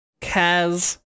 Kaz